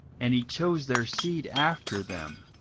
and he chose their seed after them,